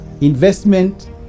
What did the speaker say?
Investment